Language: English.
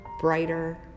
brighter